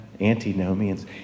Antinomians